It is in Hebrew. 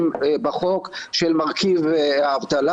זה שבעת העשירונים התחתונים כי אם החובה שלך לשלם וואלה,